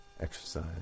Exercise